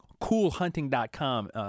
coolhunting.com